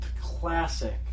classic